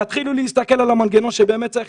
תתחילו להסתכל על המנגנון שבאמת צריך